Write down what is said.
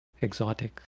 exotic